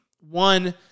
One